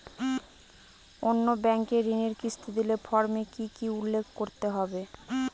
অন্য ব্যাঙ্কে ঋণের কিস্তি দিলে ফর্মে কি কী উল্লেখ করতে হবে?